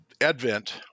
advent